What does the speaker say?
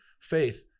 faith